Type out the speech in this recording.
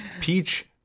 peach